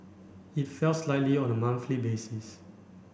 it fell slightly on the monthly basis